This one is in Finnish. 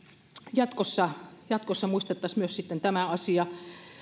jatkossa jatkossa muistettaisiin myös sitten tämä asia